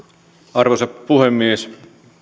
arvoisa puhemies